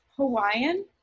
Hawaiian